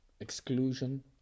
exclusion